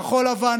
כחול לבן,